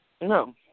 No